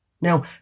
Now